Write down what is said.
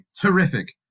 Terrific